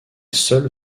seule